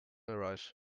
arise